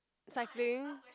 cycling